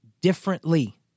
differently